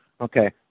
okay